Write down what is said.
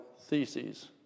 Theses